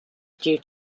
due